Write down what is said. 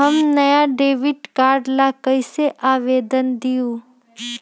हम नया debit card ला कईसे आवेदन दिउ?